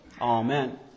Amen